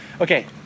Okay